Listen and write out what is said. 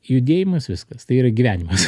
judėjimas viskas tai yra gyvenimas